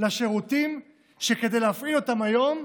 לשירותים שכדי להפעיל אותם היום,